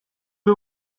que